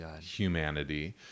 humanity